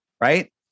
right